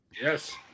Yes